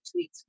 tweets